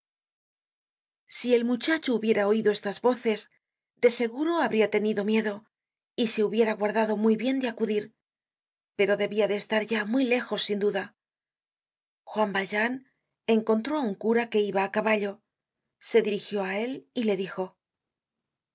si el muchacho hubiera oido estas voces de seguro habria tenido miedo y se hubiera guardado muy bien de acudir pero debia de estar ya muy lejos sin duda content from google book search generated at juan valjean encontró á un cura que iba á caballo se dirigió á él y le dijo